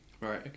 right